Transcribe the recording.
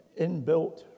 inbuilt